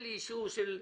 אין לי שום דבר מה לעשות.